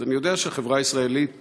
אני יודע שהחברה הישראלית